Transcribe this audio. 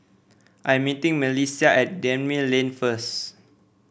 I am meeting MelissiA at Gemmill Lane first